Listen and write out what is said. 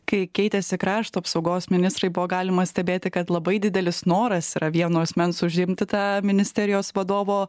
kai keitėsi krašto apsaugos ministrai buvo galima stebėti kad labai didelis noras yra vieno asmens užimti tą ministerijos vadovo